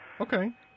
okay